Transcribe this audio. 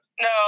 no